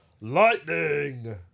lightning